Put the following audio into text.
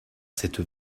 cette